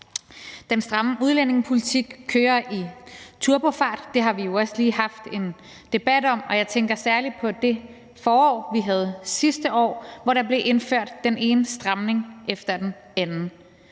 Den stramme udlændingepolitik kører i turbofart – det har vi jo også lige haft en debat om – og jeg tænker særlig på det forår, vi havde sidste år, hvor der blev indført den ene stramning efter den anden: